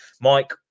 Mike